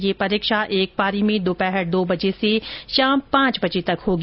यह परीक्षा एक पारी में दोपहर दो बजे से शाम पांच बजे तक होगी